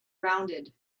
rounded